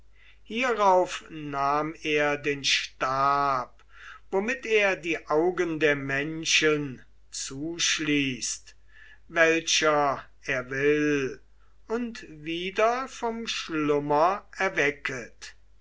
hierauf nahm er den stab womit er die augen der menschen zuschließt welcher er will und wieder vom schlummer erwecket